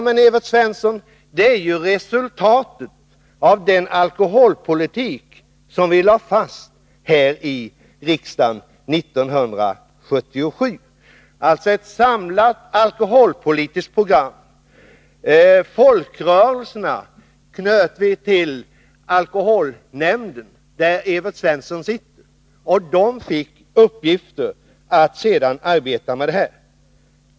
Men, Evert Svensson, det är ju resultatet av den alkoholpolitik som vi lade fast här i riksdagen 1977 — alltså ett samlat alkoholpolitiskt program. Folkrörelserna knöt vi till alkoholnämnden, där Evert Svensson sitter. Nämnden fick i uppgift att arbeta med det.